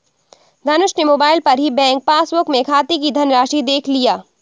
धनुष ने मोबाइल पर ही बैंक पासबुक में खाते की धनराशि देख लिया